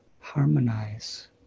harmonize